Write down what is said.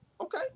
Okay